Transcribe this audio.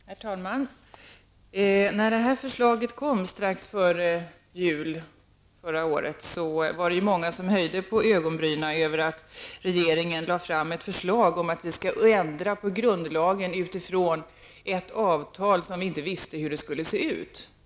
Herr talman! När detta propositionsförslag framfördes strax före jul förra året var det många som höjde på ögonbrynen över att regeringen lade fram ett förslag om ändring av grundlagen med anledning av ett avtal, som vi inte visste hur det skulle komma att se ut.